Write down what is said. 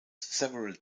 several